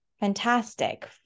fantastic